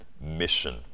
mission